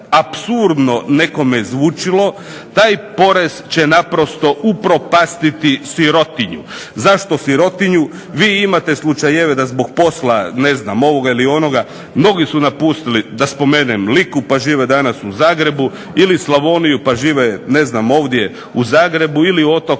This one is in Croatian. apsurdno nekome zvučalo taj porez će naprosto upropastiti sirotinju. Zašto sirotinju? Vi imate slučajeve da zbog posla ovoga ili onoga mnogi su napustili da spomenem Liku pa žive danas u Zagrebu ili Slavoniju pa žive ovdje u Zagrebu ili otoke